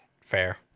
Fair